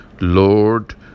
Lord